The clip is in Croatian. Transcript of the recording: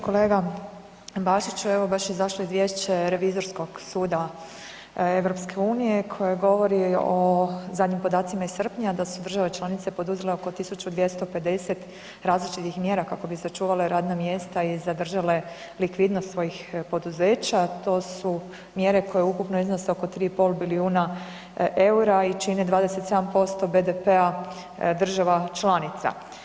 Kolega Bačiću, evo baš je izašlo izvješće Revizorskog suda EU koje govore o zadnjim podacima iz srpnja da su države članice poduzele oko 1.250 različitih mjera kako bi sačuvale radna mjesta i zadržale likvidnost svojih poduzeća, to su mjere koje ukupno iznose oko 3,5 bilijuna EUR-a i čine 27% BDP-a država članica.